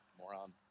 Moron